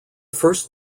first